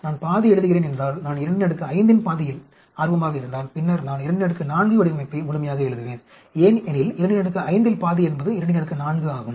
நான் பாதி எழுதுகிறேன் என்றால் நான் 25 இன் பாதியில் ஆர்வமாக இருந்தால் பின்னர் நான் 24 வடிவமைப்பை முழுமையாக எழுதுவேன் ஏனெனில் 25 இல் பாதி என்பது 24 ஆகும்